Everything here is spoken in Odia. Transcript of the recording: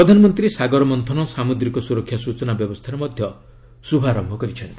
ପ୍ରଧାନମନ୍ତ୍ରୀ ସାଗର ମନ୍ଚୁନ ସାମୁଦ୍ରିକ ସୁରକ୍ଷା ସୂଚନା ବ୍ୟବସ୍ଥାର ମଧ୍ୟ ଶ୍ରଭାରମ୍ଭ କରିଛନ୍ତି